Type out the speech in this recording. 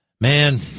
Man